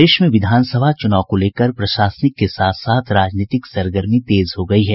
प्रदेश में विधानसभा चुनाव को लेकर प्रशासनिक के साथ साथ राजनीतिक सरगर्मी तेज हो गयी हैं